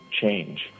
change